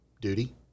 duty